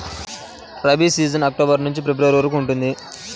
rabi season October నుండి February వరకు ఉంటుంది